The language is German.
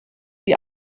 die